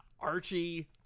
Archie